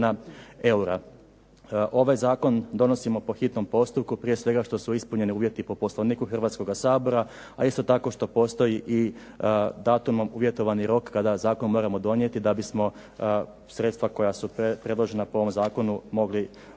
Ovaj zakon donosimo po hitnom postupku, prije svega što su ispunjeni uvjeti po Poslovniku Hrvatskoga sabora, a isto tako što postoji i datumom uvjetovani rok kada zakon moramo donijeti da bismo sredstva koja su predložena po ovom zakonu mogli povući.